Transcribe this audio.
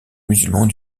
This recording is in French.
musulmans